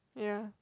ya